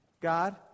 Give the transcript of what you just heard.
God